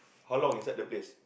how long inside the place